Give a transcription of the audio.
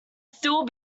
still